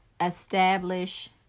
establish